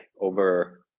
over